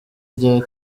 rya